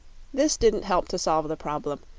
this didn't help to solve the problem,